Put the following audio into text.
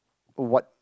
what